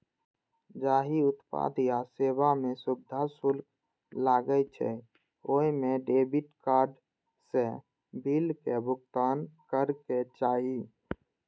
जाहि उत्पाद या सेवा मे सुविधा शुल्क लागै छै, ओइ मे डेबिट कार्ड सं बिलक भुगतान करक चाही